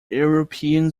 european